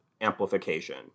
amplification